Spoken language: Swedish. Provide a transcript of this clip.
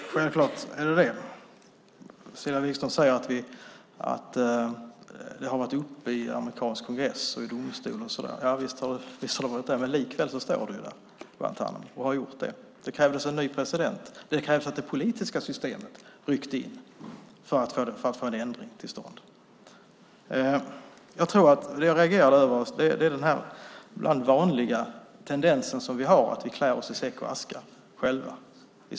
Herr talman! Självklart är det så. Cecilia Wigström säger att det har varit uppe i den amerikanska kongressen och i domstol och så. Javisst, men likväl står Guantánamo där. Det krävdes en ny president. Det krävdes att det politiska systemet ryckte in för att få en ändring till stånd. Det jag reagerar över är den ibland vanliga tendensen vi har i Sverige att klä oss i säck och aska.